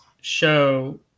show